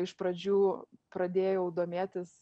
iš pradžių pradėjau domėtis